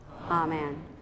amen